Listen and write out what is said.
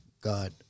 God